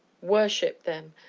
worshipped them!